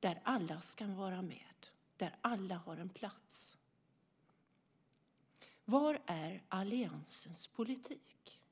där alla ska vara med, där alla har en plats. Var är alliansens politik?